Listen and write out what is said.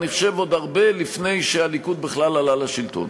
אני חושב שעוד הרבה לפני שהליכוד בכלל עלה לשלטון,